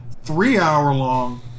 three-hour-long